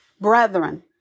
Brethren